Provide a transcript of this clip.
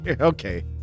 Okay